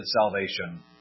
salvation